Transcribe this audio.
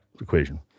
equation